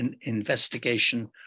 investigation